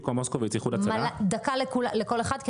דקה לכל אחד.